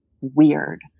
weird